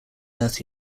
earth